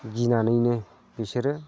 गिनानैनो बिसोरो